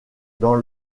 dans